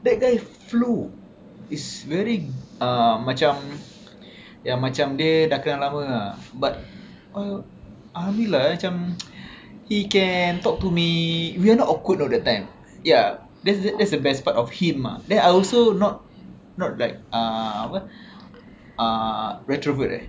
that guy flew it's very uh macam yang macam dia dah enal lama ah but alhamdulillah macam he can talk to me we are not awkward all the time ya that's the that's the best part of him ah there are also not not like uh apa uh retrovert eh